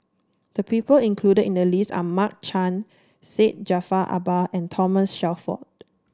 the people included in the list are Mark Chan Syed Jaafar Albar and Thomas Shelford